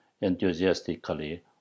enthusiastically